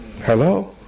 Hello